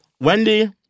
Wendy